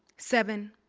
seven